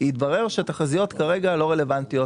התברר שהתחזיות כרגע לא רלוונטיות.